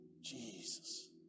Jesus